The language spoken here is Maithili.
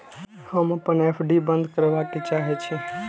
हम अपन एफ.डी बंद करबा के चाहे छी